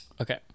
Okay